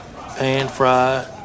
pan-fried